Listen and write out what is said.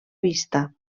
vista